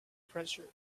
pressure